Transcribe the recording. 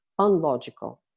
unlogical